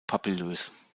papillös